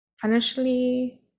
financially